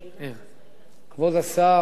כבוד השר,